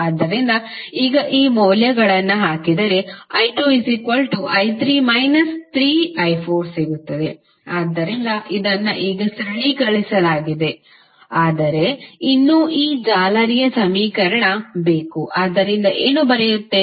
ಆದ್ದರಿಂದ ಈಗ ಈ ಮೌಲ್ಯಗಳನ್ನು ಹಾಕಿದರೆ i2i3 3i4 ಸಿಗುತ್ತದೆ ಆದ್ದರಿಂದ ಇದನ್ನು ಈಗ ಸರಳೀಕರಿಸಲಾಗಿದೆ ಆದರೆ ಇನ್ನೂ ಈ ಜಾಲರಿಯ ಸಮೀಕರಣ ಬೇಕು ಆದ್ದರಿಂದ ಏನು ಬರೆಯುತ್ತೇವೆ